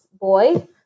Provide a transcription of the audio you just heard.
boy